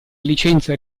licenza